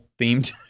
themed